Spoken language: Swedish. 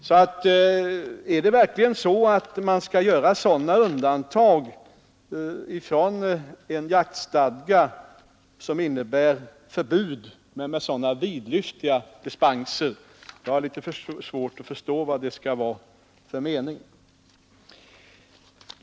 Jag har litet svårt att förstå att vi skall göra omfattande undantag och bevilja vidlyftiga dispenser från en jaktstadga som innebär förbud.